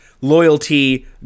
loyalty